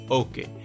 okay